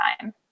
time